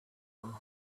them